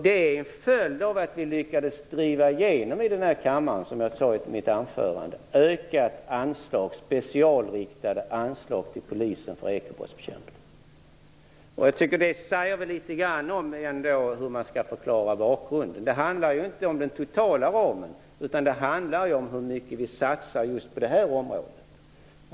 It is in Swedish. Det är en följd av att vi, som jag sade i mitt anförande, i den här kammaren lyckades driva igenom ökade specialriktade anslag för ekobrottsbekämpning till polisen. Det förklarar väl ändå litet grand bakgrunden. Det handlar ju inte om den totala ramen, utan om hur mycket vi satsar på just detta område.